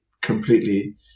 completely